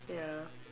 ya